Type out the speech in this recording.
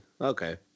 Okay